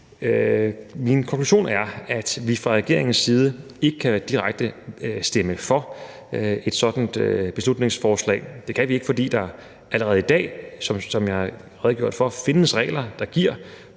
Min konklusion er, at vi fra regeringens side ikke direkte kan stemme for et sådant beslutningsforslag. Det kan vi ikke, fordi der allerede i dag, som jeg har redegjort for, findes regler, der giver